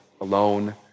alone